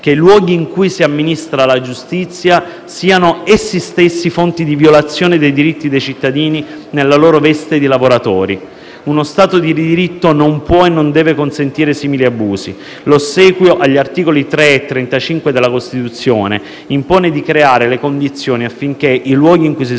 che i luoghi in cui si amministra la giustizia siano essi stessi fonte di violazione dei diritti dei cittadini, nella loro veste di lavoratori. Uno Stato di diritto non può e non deve consentire simili abusi. L'ossequio agli articoli 3 e 35 della Costituzione impone di creare le condizioni affinché i luoghi in cui si